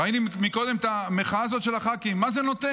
ראינו קודם את המחאה הזאת של הח"כים, מה זה נותן?